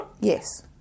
Yes